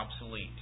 obsolete